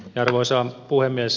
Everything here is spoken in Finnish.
arvoisa puhemies